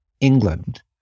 England